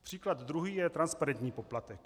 Příklad druhý je transparentní poplatek.